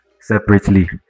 separately